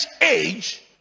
age